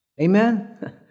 Amen